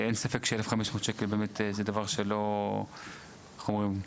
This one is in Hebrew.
אין ספק ש-1,500 שקל זה דבר שאיך אומרים,